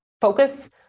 focus